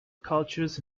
cultures